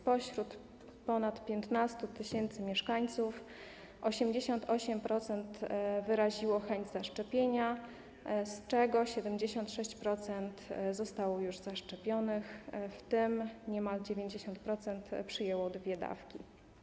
Spośród ponad 15 tys. ich mieszkańców 88% wyraziło chęć zaszczepienia, z czego 76% zostało już zaszczepionych, w tym niemal 90% przyjęło dwie dawki.